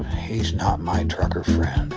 he's not my trucker friend.